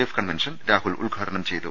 F convention Rahul ഉദ്ഘാടനം ചെയ്തു